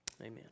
Amen